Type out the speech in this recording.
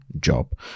job